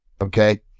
Okay